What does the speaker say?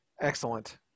Excellent